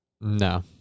No